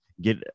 get